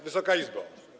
Wysoka Izbo!